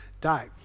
die